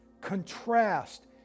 contrast